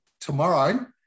Tomorrow